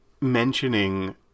mentioning